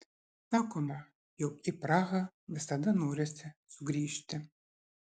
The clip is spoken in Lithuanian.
sakoma jog į prahą visada norisi sugrįžti